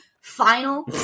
final